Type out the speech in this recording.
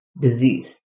disease